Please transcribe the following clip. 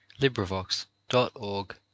Librivox.org